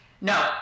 No